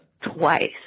twice